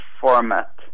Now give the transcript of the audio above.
format